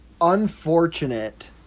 unfortunate